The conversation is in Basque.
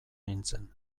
nintzen